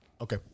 Okay